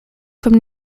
from